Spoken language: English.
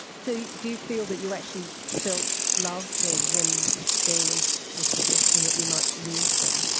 so do you feel that you actually felt love then when there was a suggestion that you might lose them?